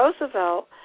Roosevelt